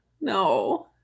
no